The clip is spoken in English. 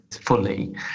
fully